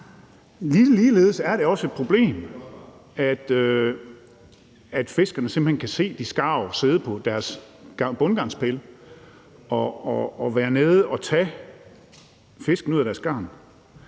Ligeledes er det også et problem, at fiskerne simpelt hen kan se de skarver sidde på bundgarnspælene og dykke ned og tage fiskene ud af deres garn.